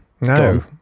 No